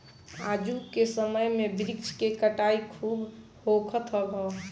आजू के समय में वृक्ष के कटाई खूब होखत हअ